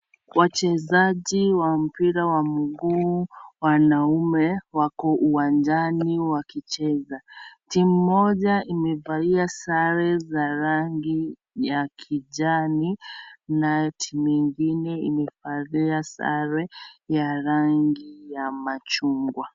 Wachezaji wa mpira wa mguu wanaume, wako uwanjani wakicheza. Timu moja imevalia sare za rangi ya kijani na timu ingine imevalia sare ya rangi ya machungwa.